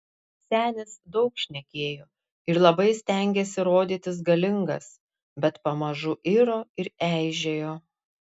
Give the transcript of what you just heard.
senis daug šnekėjo ir labai stengėsi rodytis galingas bet pamažu iro ir eižėjo